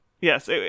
Yes